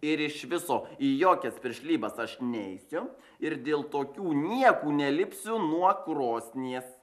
ir iš viso į jokias piršlybas aš neisiu ir dėl tokių niekų nelipsiu nuo krosnies